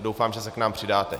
Doufám, že se k nám přidáte.